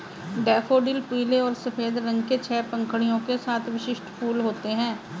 daffodil पीले और सफ़ेद रंग के छह पंखुड़ियों के साथ विशिष्ट फूल होते हैं